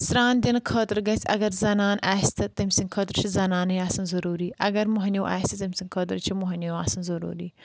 سران دِنہٕ خٲطرٕ گژھِ اگر زَنان آسہِ تہٕ تٔمۍ سٕنٛدِ خٲطرٕ چھِ زَنانٕے آسان ضروٗری اگر موہنیو آسہِ تٔمۍ سٕنٛدِ خٲطرٕ چھِ موہنیو آسَان ضوٚروٗری